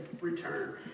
return